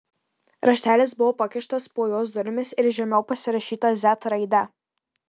raštelis buvo pakištas po jos durimis ir žemiau pasirašyta z raide